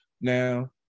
Now